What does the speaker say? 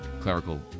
clerical